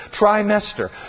trimester